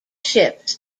ships